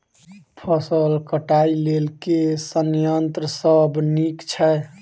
फसल कटाई लेल केँ संयंत्र सब नीक छै?